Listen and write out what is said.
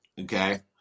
Okay